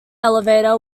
elevator